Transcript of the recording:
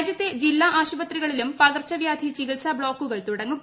രാജ്യത്തെ ജില്ലാ ആശുപത്രികളിലൂർ ്പകർച്ച വ്യാധി ചികിത്സാ ബ്ലോക്കുകൾ തുടങ്ങും